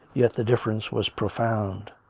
yet the difference was profound.